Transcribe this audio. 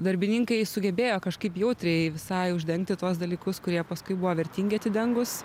darbininkai sugebėjo kažkaip jautriai visai uždengti tuos dalykus kurie paskui buvo vertingi atidengus